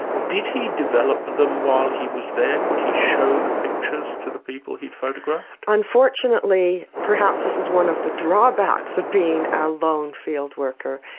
did he develop them while he was there? could he show the pictures to the people he photographed? unfortunately, perhaps this is one of the drawbacks of being a lone field worker,